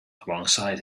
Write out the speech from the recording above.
alongside